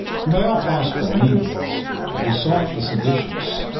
and by all possible means besought the seditious,